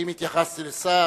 ואם התייחסתי לשר,